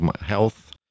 Health